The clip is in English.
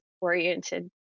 oriented